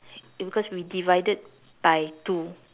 it because we divided by two